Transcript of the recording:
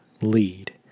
lead